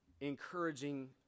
encouraging